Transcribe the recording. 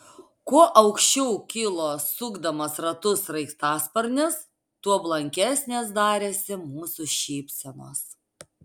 kuo aukščiau kilo sukdamas ratus sraigtasparnis tuo blankesnės darėsi mūsų šypsenos